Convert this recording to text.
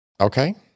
Okay